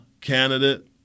candidate